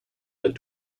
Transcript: led